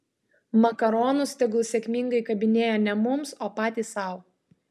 makaronus tegul sėkmingai kabinėja ne mums o patys sau